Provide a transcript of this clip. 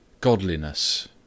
Godliness